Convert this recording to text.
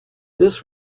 this